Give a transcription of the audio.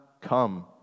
come